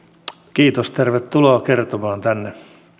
kiitos tervetuloa kertomaan tänne